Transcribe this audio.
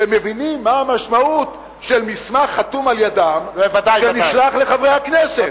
והם מבינים מה המשמעות של מסמך חתום על-ידם שנשלח לחברי הכנסת,